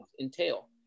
entail